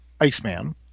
Iceman